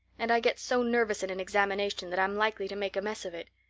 and i get so nervous in an examination that i'm likely to make a mess of it.